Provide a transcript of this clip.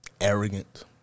arrogant